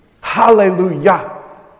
Hallelujah